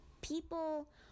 people